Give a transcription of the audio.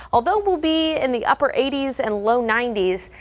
although will be in the upper eighty s and low ninety s.